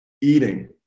Eating